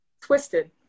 twisted